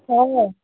অঁ